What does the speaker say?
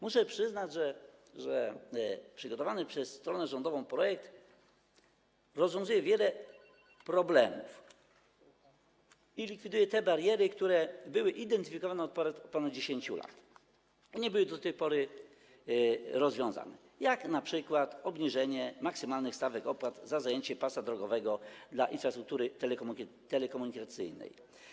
Muszę przyznać, że przygotowany przez stronę rządową projekt rozwiązuje wiele problemów i likwiduje te bariery, które były identyfikowane od ponad 10 lat, a nie były do tej pory rozwiązane, jak np. obniżenie maksymalnych stawek opłat za zajęcie pasa drogowego dla infrastruktury telekomunikacyjnej.